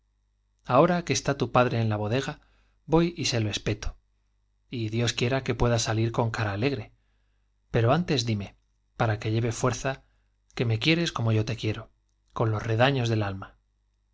ahora que está tu padre en la bodega voy y se lo espeto y dios quiera que pueda salir con cara ale gre pero antes díme para que lleve fuerza que me quieres como yo te quiero coi los redaños del alma